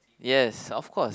yes of course